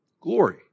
Glory